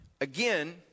Again